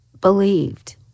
believed